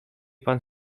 pan